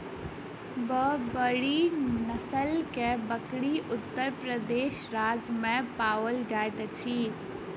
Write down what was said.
बर्बरी नस्ल के बकरी उत्तर प्रदेश राज्य में पाओल जाइत अछि